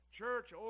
church